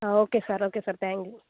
ആ okay sir okay sir thank U